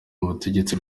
butegetsi